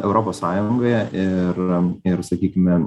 europos sąjungoje ir ir sakykime